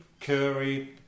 Curry